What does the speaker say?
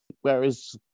whereas